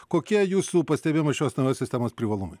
kokie jūsų pastebėjimai šios naujos sistemos privalumai